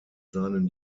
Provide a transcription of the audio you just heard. seinen